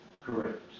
correct